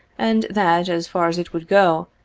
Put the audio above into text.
and that, as far as it would go,